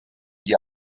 dir